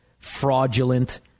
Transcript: fraudulent